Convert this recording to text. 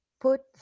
put